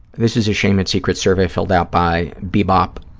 this is a shame and secrets survey filled out by bee bop,